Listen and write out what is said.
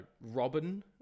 robin